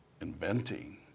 inventing